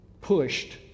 pushed